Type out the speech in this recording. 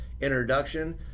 introduction